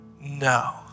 no